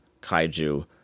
Kaiju